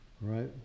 right